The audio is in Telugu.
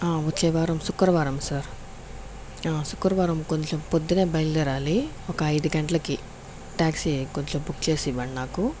వచ్చే వారం శుక్రవారం సార్ శుక్రవారం కొంచెం పొద్దున బయలుదేరాలి ఒక ఐదు గంటలకి ట్యాక్సీ కొంచెం బుక్ చేసి ఇవ్వండి నాకు